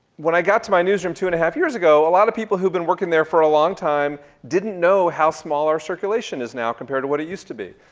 when i got to my newsroom two and a half years ago, a lot of people who'd been working there for a long time didn't know how small our circulation is now compared to what it used to be,